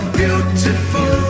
beautiful